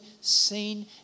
seen